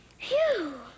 Phew